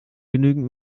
genügend